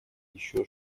еще